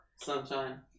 Sunshine